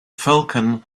falcon